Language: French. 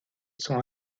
sont